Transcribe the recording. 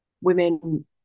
women